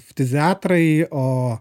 ftiziatrai o